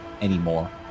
anymore